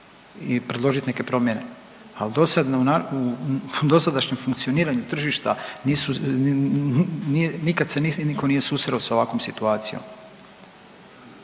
i predložiti neke promjene. Ali dosad, u dosadašnjem funkcioniranju tržišta nisu, nije, nikad se nitko nije susreo sa ovakvom situacijom.